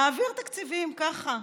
נעביר תקציבים ככה,